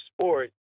sport